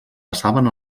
passaven